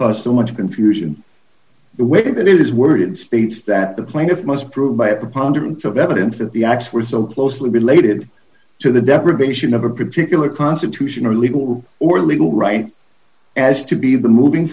caused so much confusion the way that it is worded states that the plaintiff must prove by a preponderance of evidence that the acts were so closely related to the deprivation of a particular constitutional legal or legal rights as to be the moving